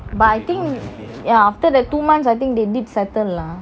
but I think ya after that two months I think they did settle lah